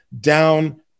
down